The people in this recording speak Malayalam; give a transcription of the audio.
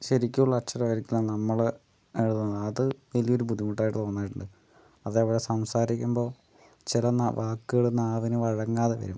ശരിക്കുള്ള അക്ഷരായിരിക്കില്ല നമ്മൾ എഴുതുന്നത് അത് വലിയൊരു ബുദ്ധിമുട്ടായിട്ട് തോന്നിയിട്ടുണ്ട് അതേപോലെ സംസാരിക്കുമ്പോൾ ചില വാക്കുകൾ നാവിനു വഴങ്ങാതെയാവും